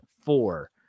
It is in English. four